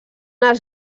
els